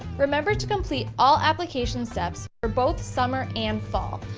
remember to complete all applications steps for both summer and fall.